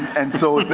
and so